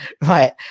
right